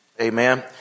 amen